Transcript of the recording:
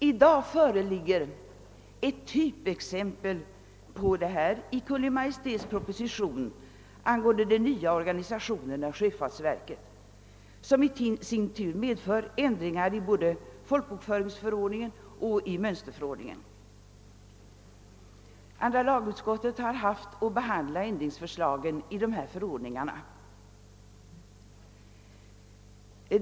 I dag föreligger ett typexempel på detta i Kungl. Maj:ts proposition angående den nya organisationen av sjöfartsverket, som i sin tur medför ändringar i både folkbokföringsförordningen och mönstringsförordningen. Andra lagutskottet har haft att behandla ändringsförslagen rörande dessa förordningar.